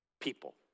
People